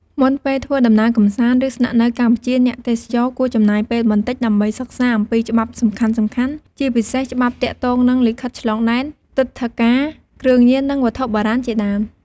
មុនពេលធ្វើដំណើរកម្សាន្ត ឬស្នាក់នៅកម្ពុជា អ្នកទេសចរគួរចំណាយពេលបន្តិចដើម្បីសិក្សាអំពីច្បាប់សំខាន់ៗ ជាពិសេសច្បាប់ទាក់ទងនឹងលិខិតឆ្លងដែន ទិដ្ឋាការ គ្រឿងញៀន និងវត្ថុបុរាណជាដើម។